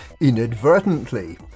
inadvertently